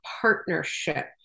partnership